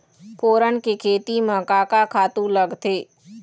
फोरन के खेती म का का खातू लागथे?